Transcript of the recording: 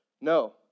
No